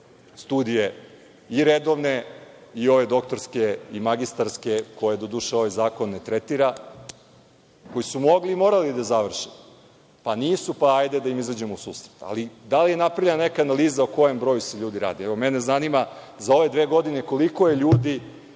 studije i redovne i doktorske i magistarske koje doduše ovaj zakon ne tretira, koji su mogli i morali da završe pa nisu, pa hajde da im izađemo u susret, ali da li je napravljena neka analiza o kojem broju ljudi se radi? Mene zanima za ove dve godine, koliko je ljudi